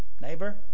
Neighbor